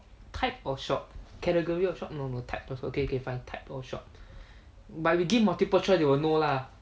types of shops categories of shops no no types okay okay fine but you give multiple choice they will know lah